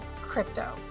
crypto